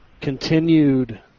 continued